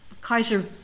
Kaiser